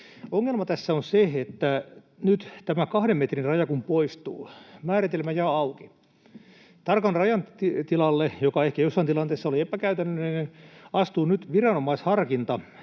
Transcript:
Ongelma tässä on se, että nyt kun tämä 2 metrin raja poistuu, määritelmä jää auki. Tarkan rajan tilalle, joka ehkä jossain tilanteessa oli epäkäytännöllinen, astuu nyt viranomaisharkinta